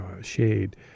shade